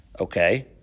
Okay